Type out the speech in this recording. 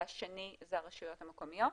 השני זה הרשויות המקומיות.